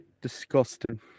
Disgusting